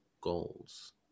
goals